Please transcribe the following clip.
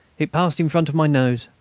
it passed in front of my nose.